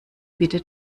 bitte